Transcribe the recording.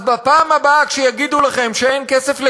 אז בפעם הבאה שיגידו לכם שאין כסף לקשישים,